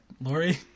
Lori